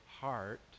heart